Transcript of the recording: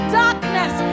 darkness